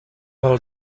pel